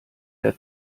der